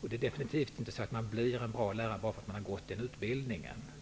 Det är definitivt inte så att man blir en bra lärare bara för att man har gått den utbildningen.